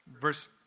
verse